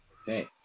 Okay